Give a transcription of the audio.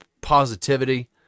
Positivity